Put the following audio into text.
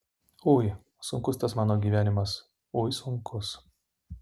ui sunkus tas mano gyvenimas ui sunkus